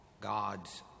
God's